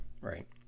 right